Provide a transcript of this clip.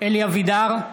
אלי אבידר,